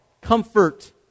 comfort